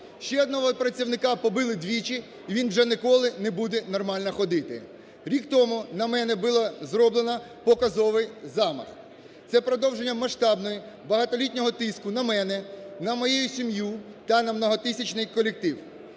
Ще одного працівника побили двічі і він вже ніколи не буде нормально ходити. Рік тому на мене було зроблено показовий замах. Це продовження масштабного багатолітнього тиску на мене, на мою сім'ю та на багатотисячний колектив.